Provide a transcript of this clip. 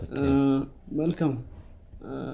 Welcome